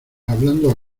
hablando